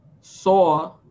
saw